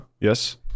Yes